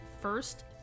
first